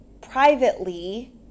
privately